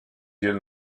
yeux